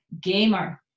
gamer